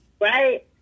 right